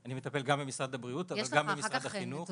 אני מטפל גם במשרד הבריאות אבל גם במשרד החינוך --- יש לך אחר כך